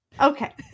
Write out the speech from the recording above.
Okay